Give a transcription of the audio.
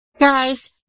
Guys